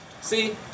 See